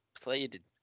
played